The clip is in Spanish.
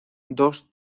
dos